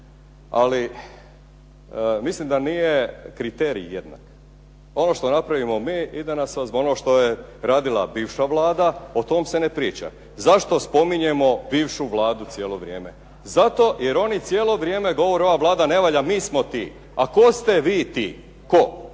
ali mislim da nije kriterij jednak. Ono što napravimo mi ide na sva zona, a što je radila bivša vlada o tom se ne priča. Zašto spominjemo bivšu vladu cijelo vrijeme? Zato jer oni cijelo vrijeme govore ova Vlada ne valja, mi smo ti. A tko ste vi ti? Tko?